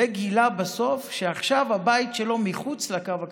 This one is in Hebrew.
וגילה בסוף שעכשיו הבית שלו מחוץ לקו הכחול.